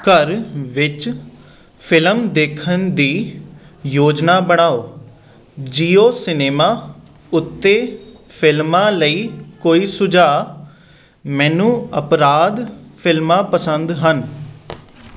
ਘਰ ਵਿੱਚ ਫਿਲਮ ਦੇਖਣ ਦੀ ਯੋਜਨਾ ਬਣਾਓ ਜੀਓ ਸਿਨੇਮਾ ਉੱਤੇ ਫਿਲਮਾਂ ਲਈ ਕੋਈ ਸੁਝਾਅ ਮੈਨੂੰ ਅਪਰਾਧ ਫਿਲਮਾਂ ਪਸੰਦ ਹਨ